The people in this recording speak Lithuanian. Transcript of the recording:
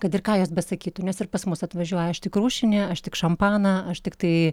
kad ir ką jos besakytų nes ir pas mus atvažiuoja aš tik rūšinė aš tik šampaną aš tiktai